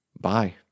bye